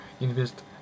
invest